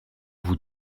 vous